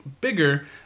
bigger